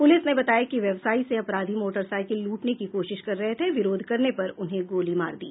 police ने बताया कि व्यवसायी से अपराधी मोटरसाईकिल लूटने की कोशिश कर रहे थे विरोध करने पर उन्हें गोली मार दी